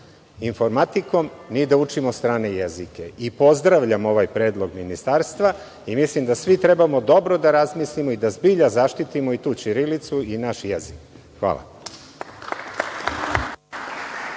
informatikom, ni da učimo strane jezike. Pozdravljam ovaj predlog ministarstva. Mislim da svi treba dobro da razmislimo i da zbilja zaštitimo i tu ćirilicu i naš jezik. Hvala.